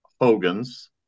Hogan's